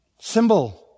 symbol